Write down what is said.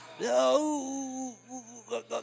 No